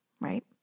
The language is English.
right